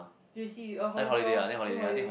J_C her holiday or June holiday